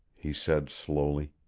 he said slowly.